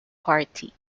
party